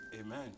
Amen